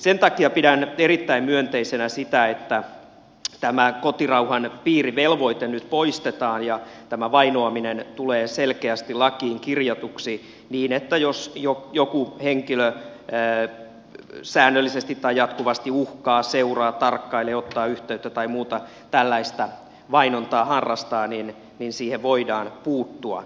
sen takia pidän erittäin myönteisenä sitä että tämä kotirauhan piiri velvoite nyt poistetaan ja tämä vainoaminen tulee selkeästi lakiin kirjatuksi niin että jos joku henkilö säännöllisesti tai jatkuvasti uhkaa seuraa tarkkailee ottaa yhteyttä tai muuta tällaista vainontaa harrastaa niin siihen voidaan puuttua